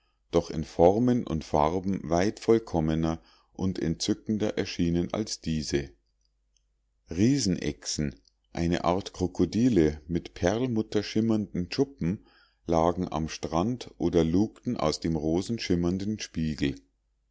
doch in formen und farben weit vollkommener und entzückender erschienen als diese riesenechsen eine art krokodile mit perlmutterschimmernden schuppen lagen am strand oder lugten aus dem rosenschimmernden spiegel